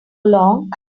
long